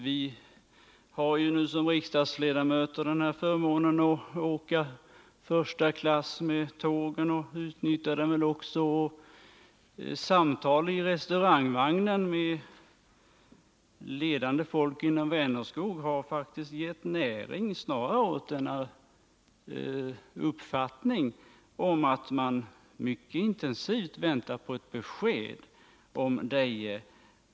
Vi har i egenskap av riksdagens ledamöter förmånen att boka i första klass med tågen, och vi utnyttjar väl också den möjligheten. Samtal i restaurangvagnen med ledande personer inom Vänerskog har faktiskt snarare gett näring åt uppfattningen att man mycket intensivt väntar på ett besked om Deje.